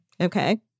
Okay